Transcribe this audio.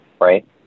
Right